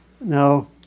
Now